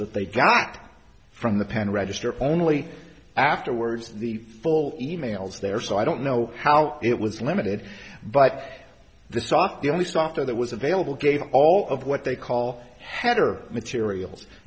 that they got from the pen register only afterwards the full emails there so i don't know how it was limited but this off the only software that was available gave all of what they call header materials